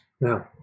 Now